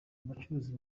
abacuruzi